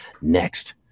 next